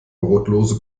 brotlose